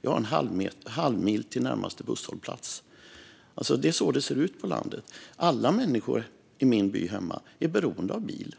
Jag har en halvmil till närmaste busshållplats. Det är så det ser ut på landet. Alla människor hemma i min by är beroende av bil.